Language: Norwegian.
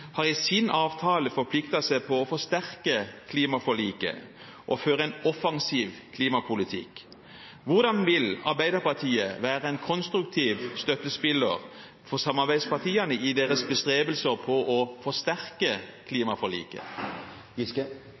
har i sin avtale forpliktet seg til å forsterke klimaforliket og føre en offensiv klimapolitikk. Hvordan vil Arbeiderpartiet være en konstruktiv støttespiller for samarbeidspartiene i deres bestrebelser på å forsterke klimaforliket?